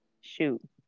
Shoot